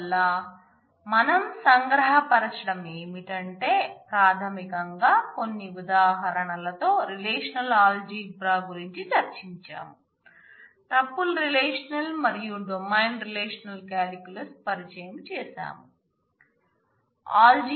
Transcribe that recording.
అందువల్ల మనం సంగ్రహ పరచడం ఏమిటంటే ప్రాథమికంగా కొన్ని ఉదాహరణలతో రిలేషనల్ ఆల్జీబ్రా గురించి చర్చించాం టూపుల్ రిలేషనల్ మరియు డొమైన్ రిలేషనల్ కాలిక్యులస్ పరిచయం చేసాము